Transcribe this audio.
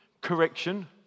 correction